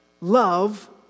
Love